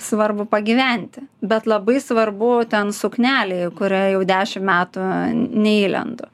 svarbu pagyventi bet labai svarbu ten suknelė į kurią jau dešim metų neįlendu